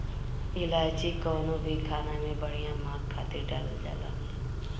इलायची कवनो भी खाना में बढ़िया महक खातिर डालल जाला